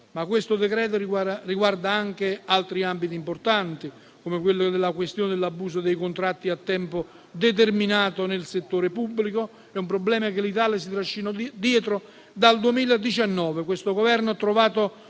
Questo decreto riguarda anche altri ambiti importanti, come la questione dell'abuso dei contratti a tempo determinato nel settore pubblico, un problema che l'Italia si trascina dietro dal 2019. Questo Governo ha trovato